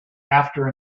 after